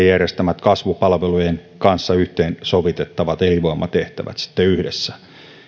järjestämät kasvupalvelujen kanssa yhteen sovitettavat elinvoimatehtävät